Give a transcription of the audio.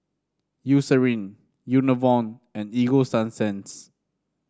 Eucerin Enervon and Ego Sunsense